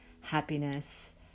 happiness